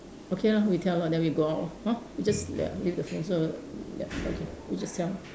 okay lah we tell her then we go out lor hor we just ya leave the phone so ya okay we just tell